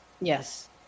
Yes